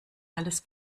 alles